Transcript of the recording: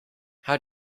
how